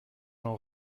j’en